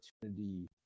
opportunity